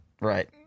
right